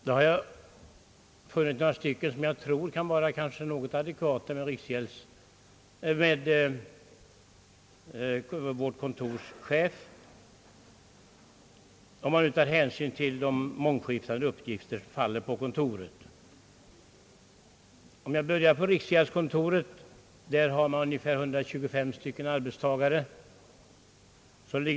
Jag har funnit några befattningar som jag tror kan vara jämförbara med befattningen som = förvaltningskontorets chef, om man tar hänsyn till de mångskiftande uppgifter som faller på kontoret. Låt mig börja med riksgäldskontoret. Där har man ungefär 125 arbetstagare.